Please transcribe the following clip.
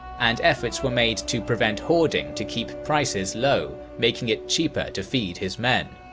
and efforts were made to prevent hoarding to keep prices low, making it cheaper to feed his men.